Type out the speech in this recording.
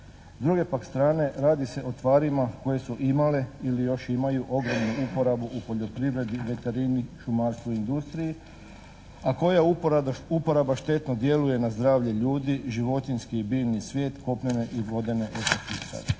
druge pak strane radi se o tvarima koje su imale ili još imaju ogromnu uporabu u poljoprivredi, veterini, šumarstvu, industriji a koja uporaba štetno djeluje na zdravlje ljudi, životinjski i biljni svijet, kopnene i vodene …/Govornik